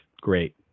great